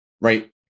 Right